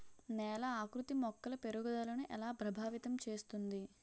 నేల ఆకృతి మొక్కల పెరుగుదలను ఎలా ప్రభావితం చేస్తుంది?